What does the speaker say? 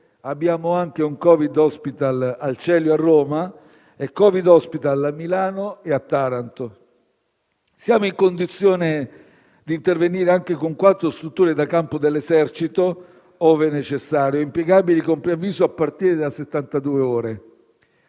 abbiamo anche un Covid hospital al Celio, a Roma, e Covid hospital a Milano e a Taranto. Siamo in condizione di intervenire anche con quattro strutture da campo dell'Esercito, ove necessario, impiegabili con preavviso a partire da